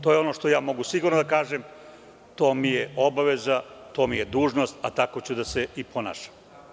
To je ono što ja mogu sigurno da kažem, to mi je obaveza, to mi je dužnost, a tako ću i da se ponašam.